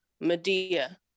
Medea